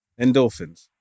Endorphins